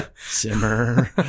simmer